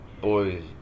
boys